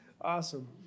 Awesome